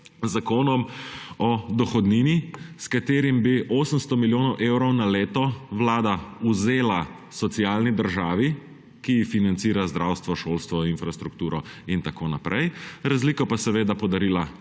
zakonom o dohodnini, s katerim bi 800 milijonov evrov na leto Vlada vzela socialni državi, ki ji financira zdravstvo, šolstvo, infrastrukturo in tako naprej, razliko pa seveda podarila